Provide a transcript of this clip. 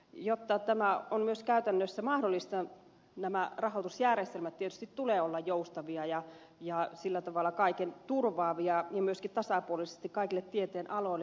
jotta tämä on myös käytännössä mahdollista rahoitusjärjestelmien tietysti tulee olla joustavia ja sillä tavalla kaiken turvaavia ja myöskin tasapuolisesti kaikille tieteenaloille